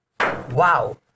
Wow